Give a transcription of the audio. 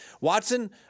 Watson